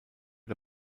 der